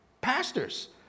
Pastors